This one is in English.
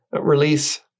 release